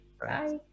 bye